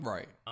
Right